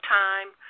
time